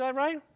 yeah right?